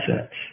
assets